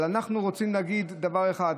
אבל אנחנו רוצים להגיד דבר אחד.